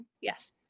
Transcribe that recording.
yes